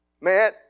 Man